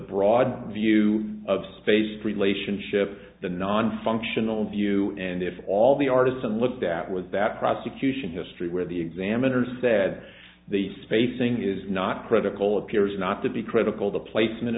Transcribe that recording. broad view of space relationship the nonfunctional view and if all the artists and looked at was that the prosecution history where the examiner said the spacing is not critical appears not to be critical the placement